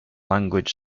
language